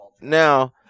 now